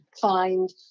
find